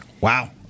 Wow